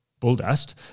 bulldust